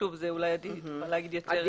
שוב, אולי עדי תוכל לומר יותר.